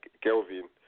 Kelvin